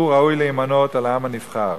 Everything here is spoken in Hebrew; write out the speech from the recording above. הוא ראוי להימנות עם העם הנבחר,